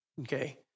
Okay